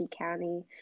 County